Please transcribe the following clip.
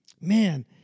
Man